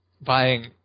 buying